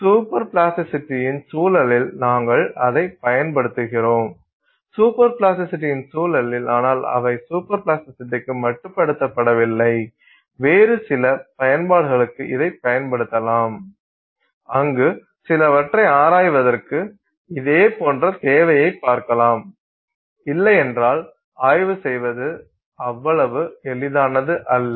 super பிளாஸ்டிசிட்டியின் சூழலில் நாங்கள் அதைப் பயன்படுத்துகிறோம் சூப்பர் பிளாஸ்டிசிட்டியின் சூழலில் குறிப்பிட்ட சோதனை நுட்பங்களை சுட்டிக்காட்டுவதும் நமக்கு தெரியும் ஆனால் அவை சூப்பர் பிளாஸ்டிசிட்டிக்கு மட்டுப்படுத்தப்படவில்லை வேறு சில பயன்பாடுகளுக்கு இதைப் பயன்படுத்தலாம் அங்கு சிலவற்றை ஆராய்வதற்கு இதே போன்ற தேவையை பார்க்கலாம் இல்லையென்றால் ஆய்வு செய்வது அவ்வளவு எளிதானது அல்ல